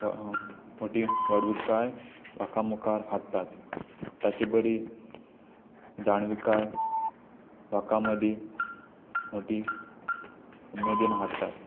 मोटी व्हडवीकाय लोकां मुखार हाडटात ताची बरी जाणवीकाय लोकां मदी मोटी उमेदीन हाडटात